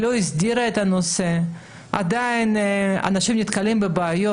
היא לא הסדירה את הנושא ועדיין אנשים נתקלים בבעיות.